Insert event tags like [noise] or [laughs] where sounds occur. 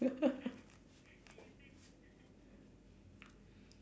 [laughs]